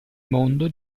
mondo